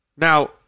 Now